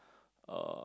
uh